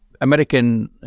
American